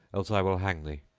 else i will hang thee.